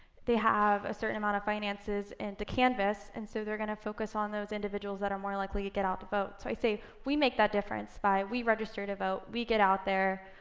they have a certain amount of finances and to canvass, and so they're gonna focus on those individuals that are more likely get get out to vote. so i say we make that difference by we register to vote, we get out there,